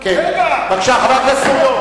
מותר להגיד.